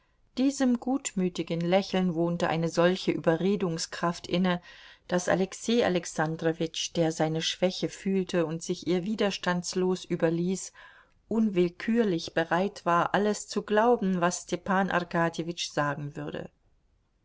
diesem gutmütigen lächeln wohnte eine solche überredungskraft inne daß alexei alexandrowitsch der seine schwäche fühlte und sich ihr widerstandslos überließ unwillkürlich bereit war alles zu glauben was stepan arkadjewitsch sagen würde